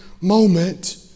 moment